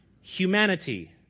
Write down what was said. humanity